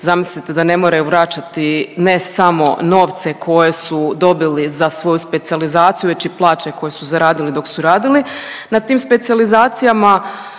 zamislite da ne moraju vraćati ne samo novce koje su dobili na svoju specijalizacije, već i plaće koje su zaradili dok su radili